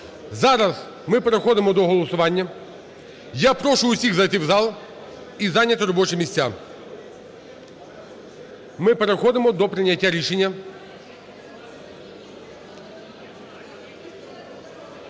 Зараз ми переходимо до голосування. Я прошу всіх зайти в зал і зайняти робочі місця. Ми переходимо до прийняття рішення.